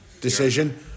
decision